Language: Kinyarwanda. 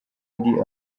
ndi